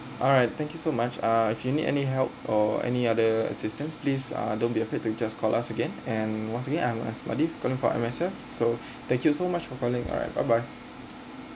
alright thank you so much uh if you need any help or any other assistance please uh don't be afraid to just call us again and once again I'm asmadi calling from M_S_F so thank you so much for calling alright bye bye